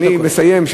אני מסיים.